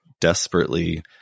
desperately